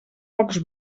pocs